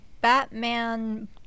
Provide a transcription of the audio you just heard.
Batman